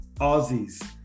Aussies